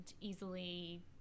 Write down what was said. easily